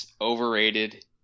overrated